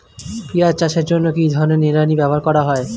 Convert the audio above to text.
পিঁয়াজ চাষের জন্য কি ধরনের নিড়ানি ব্যবহার করা হয়?